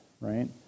right